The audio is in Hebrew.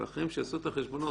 אבל אחרים שיעשו את החשבונות,